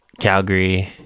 Calgary